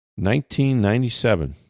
1997